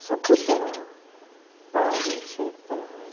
सपुतरा पहाड़ी खेत्र आहिनि